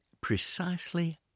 Precisely